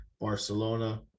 Barcelona